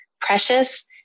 precious